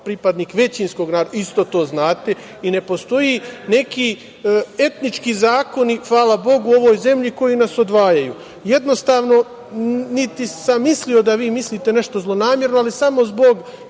pripadnik većinskog naroda isto to znate i ne postoji neki etnički zakoni, hvala Bogu, u ovoj zemlji koji nas odvajaju, jednostavno, niti sam mislio da vi mislite nešto zlonamerno, ali samo zbog